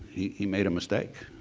he made a mistake.